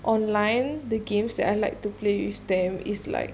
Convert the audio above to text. online the games that I like to play with them is like